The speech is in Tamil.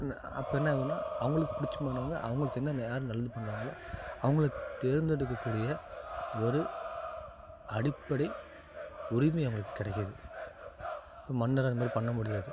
அப்போ என்ன ஆகும்னா அவங்களுக்கு பிடிச்சமானவங்க அவங்களுக்கு என்ன யார் நல்லது பண்ணுறாங்களோ அவங்கள தேர்ந்தெடுக்கக்கூடிய ஒரு அடிப்படை உரிமை அவங்களுக்கு கிடைக்கிது இப்போ மன்னரை அதுமாதிரி பண்ண முடியாது